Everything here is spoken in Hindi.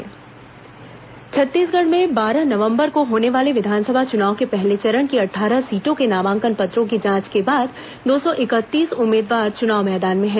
प्रथम चरण निर्वाचन छत्तीसगढ़ में बारह नवम्बर को होने वाले विधानसभा चुनाव के पहले चरण की अट्ठारह सीटों के नामांकन पत्रों की जांच के बाद दो सौ इकतीस उम्मीदवार चुनाव मैदान में हैं